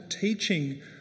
teaching